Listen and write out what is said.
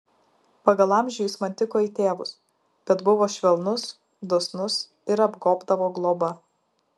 pagal amžių jis man tiko į tėvus bet buvo švelnus dosnus ir apgobdavo globa